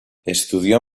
estudió